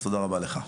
אז תודה רבה לך.